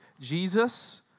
Jesus